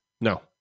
No